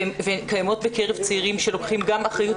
והן קיימות בקרב צעירים שלוקחים אחריות.